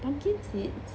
pumpkin seeds